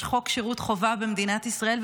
יש חוק שירות חובה במדינת ישראל,